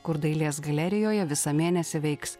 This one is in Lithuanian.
kur dailės galerijoje visą mėnesį veiks